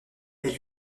est